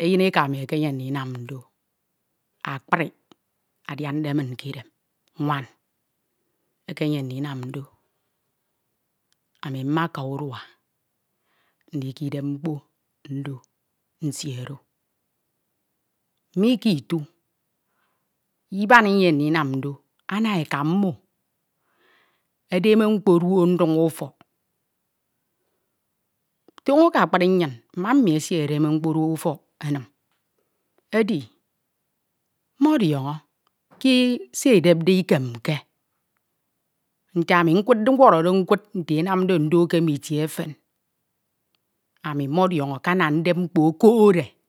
eyin eka mi ekeyem ndinsim ndo akpri adiande min ke eden nwan ekeyem ndiam ndo ami nmaka uma ndika nkedeo mkpo nxo nsie oro mi ke itu iban iyem ndinam ndo ana eka mmo edeme mkpoduokhi ndiñ ufọk toño ke akpri nnyin mma mi esidrdeme mkpoduokho ufọk enim edi modiọñọ ke se edepde ikemke nte ami mkud, nwọrọde mkud nte enamde ndo ke efen modiọñọ ke ana ndep mkpo okokhode